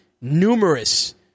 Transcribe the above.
numerous